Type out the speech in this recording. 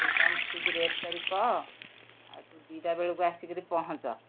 ତୁ କ'ଣ ଠିକ୍ ରେଟ୍ କରିକି କହ ଆଉ ତୁ ଦି'ଟା ବେଳକୁ ଆସିକିରି ପହଁଞ୍ଚ